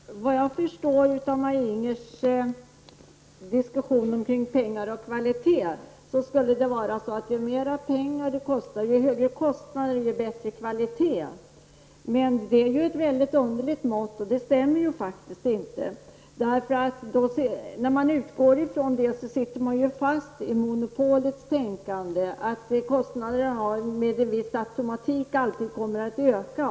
Herr talman! Såvitt jag förstår av Maj-Inger Klingvalls diskussion om pengar och kvalitét, förhåller det sig så att ju högre kostnader, desto bättre kvalitét. Men det är ett underligt sätt att mäta och det stämmer faktiskt inte. När man utgår från detta, sitter man fast i monopolets tänkande, att kostnaderna med en viss automatik alltid kommer att öka.